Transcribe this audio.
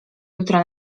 jutro